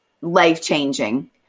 life-changing